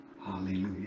Hallelujah